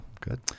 Good